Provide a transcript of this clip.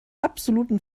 absoluten